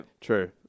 true